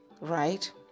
right